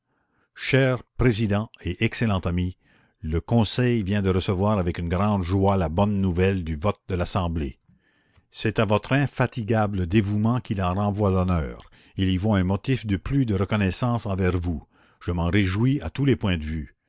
cher président et excellent ami le conseil vient de recevoir avec une grande joie la bonne nouvelle du vote de l'assemblée c'est à votre infatigable dévouement qu'il en renvoie l'honneur il y voit un motif de plus de reconnaissance envers vous je m'en réjouis à tous les points de vue